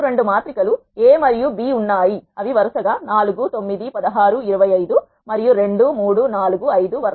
మీకు రెండు మాతృ కలు A మరియు B ఉన్నాయి అవి వరుసగా 4 9 16 25 మరియు 2 3 4 5